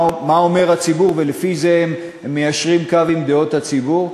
אומר הציבור ולפי זה הם מיישרים קו עם דעות הציבור.